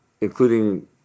including